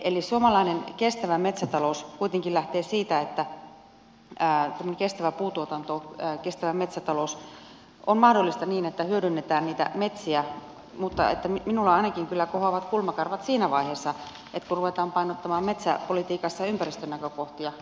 eli suomalainen kestävä metsätalous kuitenkin lähtee siitä että tämä kestävä puuntuotanto kestävä metsätalous on mahdollista niin että hyödynnetään niitä metsiä mutta minulla ainakin kyllä kohoavat kulmakarvat siinä vaiheessa kun ruvetaan painottamaan metsäpolitiikassa ympäristönäkökohtia